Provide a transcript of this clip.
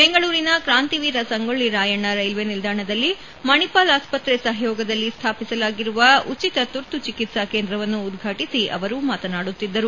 ಬೆಂಗಳೂರಿನ ಕ್ರಾಂತಿವೀರ ಸಂಗೊಳ್ಳಿ ರಾಯಣ್ಣ ರೈಲ್ವೆ ನಿಲ್ದಾಣದಲ್ಲಿ ಮಣಿಪಾಲ್ ಆಸ್ಪತ್ರೆ ಸಹಯೋಗದಲ್ಲಿ ಸ್ಥಾಪಿಸಲಾಗಿರುವ ಉಚಿತ ತುರ್ತು ಚಿಕಿತ್ಸಾ ಕೇಂದ್ರವನ್ನು ಉದ್ವಾಟಿಸಿ ಅವರು ಮಾತನಾಡುತ್ತಿದ್ದರು